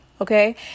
Okay